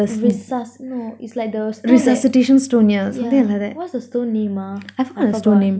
resus~ no is like the stone that yeah what's the stone name ah I forgot